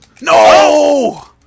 No